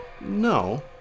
No